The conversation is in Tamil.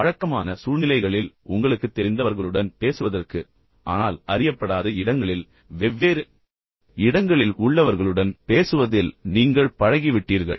பழக்கமான சூழ்நிலைகளில் உங்களுக்குத் தெரிந்தவர்களுடன் பேசுவதற்கு ஆனால் அறியப்படாத இடங்களில் வெவ்வேறு இடங்களில் உள்ளவர்களுடன் பேசுவதில் நீங்கள் பழகிவிட்டீர்கள்